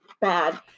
bad